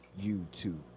YouTube